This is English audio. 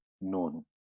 known